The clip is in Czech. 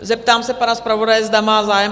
Zeptám se pana zpravodaje, zda má zájem o...